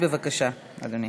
בבקשה, אדוני.